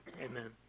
amen